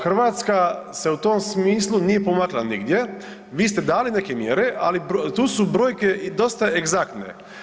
Hrvatska se u tom smislu nije pomakla nigdje, vi ste dali neke mjere, ali tu su brojke dosta egzaktne.